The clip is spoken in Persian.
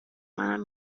منم